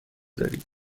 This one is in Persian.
دارید